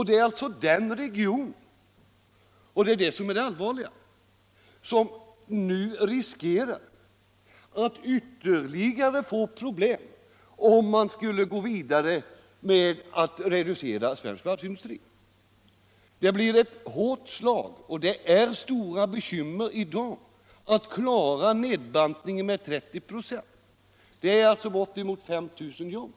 Det är alltså den regionen — och det är det som är det allvarliga — som nu riskerar att få ytterligare problem, om man skulle gå vidare med att reducera svensk varvsindustri. Det blir ett hårt slag och man har stora bekymmer i dag att klara nedbantningen med 30 96. Det är alltså bortemot 5 000 jobb.